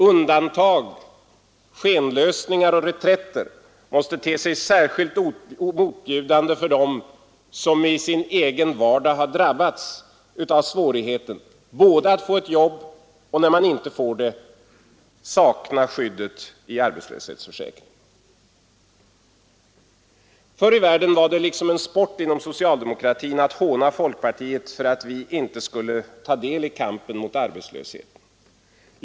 Undantag, skenlösningar och reträtter måste te sig särskilt motbjudande för dem som i sin egen vardag har drabbats av hur svårt det är att få ett jobb och — när man inte får det — saknar skydd i arbetslöshetsförsäkringen. Förr i världen var det liksom en sport inom socialdemokratin att håna folkpartiet för att vi inte skulle våga ta del i kampen mot arbetslösheten.